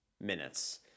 minutes